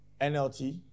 NLT